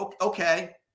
Okay